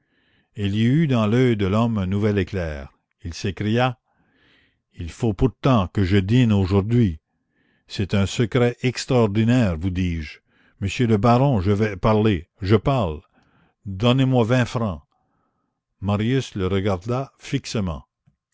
il y eut dans l'oeil de l'homme un nouvel éclair il s'écria il faut pourtant que je dîne aujourd'hui c'est un secret extraordinaire vous dis-je monsieur le baron je vais parler je parle donnez-moi vingt francs marius le regarda fixement